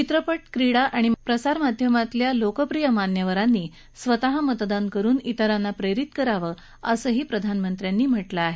चित्रपट क्रीडा आणि माध्यमाताल्या लोकप्रिय मान्यवरांनी स्वतः मतदान करुन तिरांना प्रेरित करावं असंही प्रधानमंत्र्यांनी म्हटलं आहे